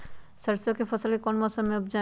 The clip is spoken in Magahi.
सरसों की फसल कौन से मौसम में उपजाए?